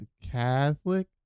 catholic